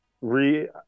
re